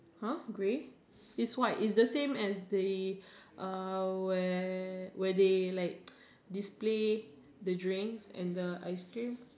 !huh! grey is white is the same as the uh where where they like display the drinks and the ice cream